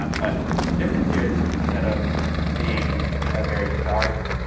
um but the difference here is, instead of being ah very dark,